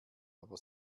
aber